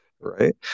right